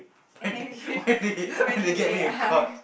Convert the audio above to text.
freaking A_I